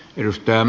puhemies